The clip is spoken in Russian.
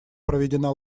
проведена